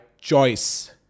choice